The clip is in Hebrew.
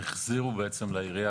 החזירו בעצם לעירייה,